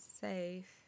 safe